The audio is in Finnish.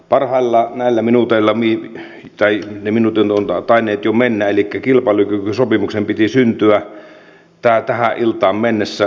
parhaillaan näillä minuuteilla tai ne minuutit ovat tainneet jo mennä eli kilpailukykysopimuksen piti syntyä tähän iltaan mennessä